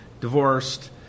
divorced